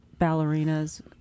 ballerinas